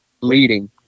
leading